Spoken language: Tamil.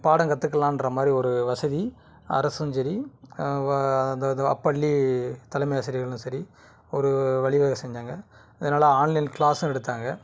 பாடம் கற்றுக்கலான்றமாரி ஒரு வசதி அரசும் சரி வ அதாவது அப்பள்ளி தலைமை ஆசிரியர்களும் சரி ஒரு வழி வக செஞ்சாங்கள் அதனால் ஆன்லைன் க்ளாஸ்ஸும் எடுத்தாங்கள்